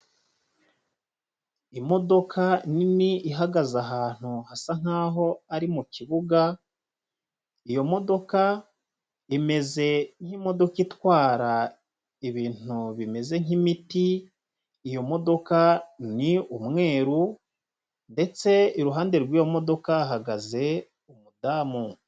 Imodoka nini ihagaze ahantu hasa nkaho ari mu kibuga, iyo modoka imeze nk'imodoka itwara ibintu bimeze nk'imiti, iyo modoka ni umweru ndetse iruhande rw'iyo modoka hahagaze umudamu.